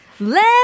Let